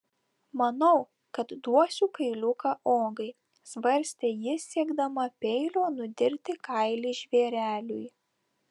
manau kad duosiu kailiuką ogai svarstė ji siekdama peilio nudirti kailį žvėreliui